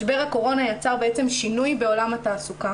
משבר הקורונה יצר שינוי בעולם התעסוקה